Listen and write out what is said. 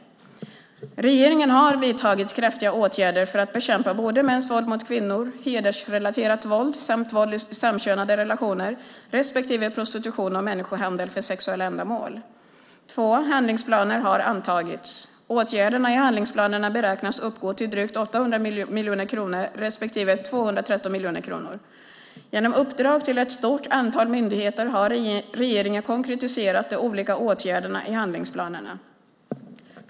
Regeringen har vidtagit kraftiga åtgärder för att bekämpa både mäns våld mot kvinnor, hedersrelaterat våld samt våld i samkönade relationer respektive prostitution och människohandel för sexuella ändamål. Två handlingsplaner har antagits. Åtgärderna i handlingsplanerna beräknas uppgå till drygt 800 miljoner respektive 213 miljoner kronor. Genom uppdrag till ett stort antal myndigheter har regeringen konkretiserat de olika åtgärderna i handlingsplanerna.